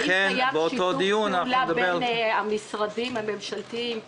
אולי קיים שיתוף פעולה בין המשרדים הממשלתיים,